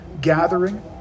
gathering